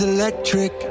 electric